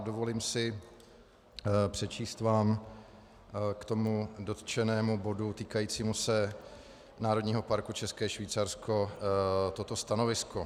Dovolím si přečíst vám k tomu dotčenému bodu týkajícímu se Národního parku České Švýcarsko toto stanovisko.